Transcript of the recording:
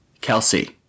Kelsey